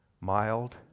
mild